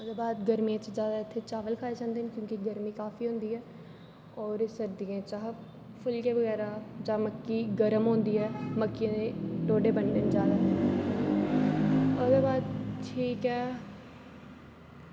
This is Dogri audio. ओहदे बाद गर्मियें च ज्यादा इत्थै चावल खाए जंदे ना क्योंकि गर्मी काफी होंदी ऐ और सर्दियें च अस फुलके बगैरा जां मक्की गर्म होंदी ऐ मक्किये दे टोडे बनदे ना ज्यादा ओहदे बाद च ठीक ऐ